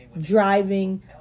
driving